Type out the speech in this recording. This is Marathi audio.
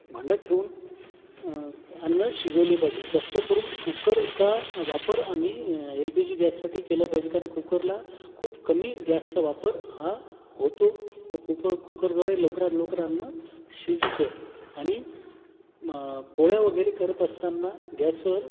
भांड्यात ठेवून अन्न शिजवले पाहिजे जास्त करून कुकरचा वापर आम्ही एल पी जी गॅससाठी केला पाहिजे कारण कुकरला खूप कमी गॅसचा वापर हा होतो व कुपर कुकरद्वारे लवकरात लवकर अन्न शिजतं आणि पोळ्या वगैरे करत असताना गॅसवर